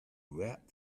wrap